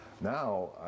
now